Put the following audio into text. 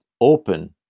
open